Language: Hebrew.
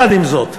עם זאת,